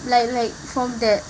from like like from that